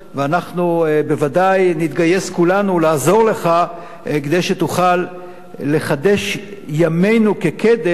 ואנחנו בוודאי נתגייס כולנו לעזור לך כדי שתוכל לחדש ימינו כקדם.